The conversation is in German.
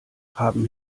haben